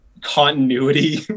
continuity